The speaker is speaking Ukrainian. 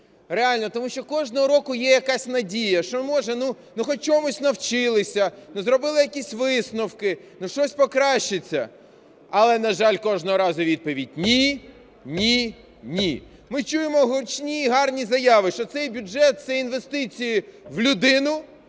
реально. Тому що кожного року є якась надія, що, може, хоч чомусь навчились, зробили якісь висновки, щось покращиться. Але, на жаль, кожного разу відповідь: ні, ні, ні. Ми чуємо гучні і гарні заяви, що цей бюджет – це інвестиції в людину,